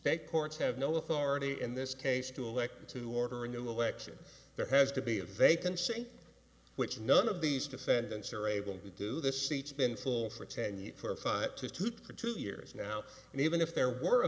state courts have no authority in this case to elect to order a new election there has to be a vacancy which none of these defendants are able to do the seats been full for ten years for five to two per two years now and even if there were a